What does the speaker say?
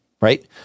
right